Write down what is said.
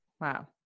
Wow